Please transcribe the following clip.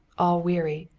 all weary,